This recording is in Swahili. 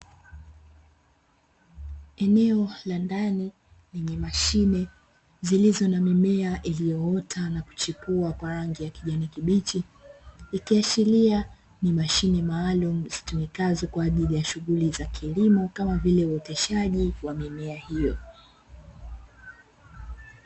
Eneo la ndani lenye mashine zilizo na mimea iliyoota na kuchipua kwa rangi ya kijani kibichi, ikiashilia ni mashine maalumu zitumikazo kwa ajili ya shughuli za kilimo kama vile uwezeshaji wa mimea hiyo.